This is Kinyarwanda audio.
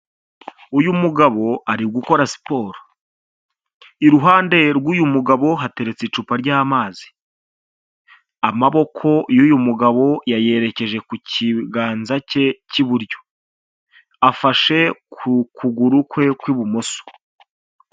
Uyu mugabo ari gukora siporo, iruhande rw'uyu mugabo hateretse icupa ry'amazi, amaboko y'uyu mugabo yayerekeje ku kiganza cye cy'iburyo, afashe ku kuguru kwe kw'ibumoso.